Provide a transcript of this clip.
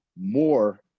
more